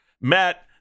Matt